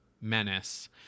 menace